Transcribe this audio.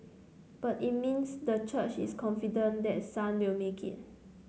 but it means the church is confident that Sun will make it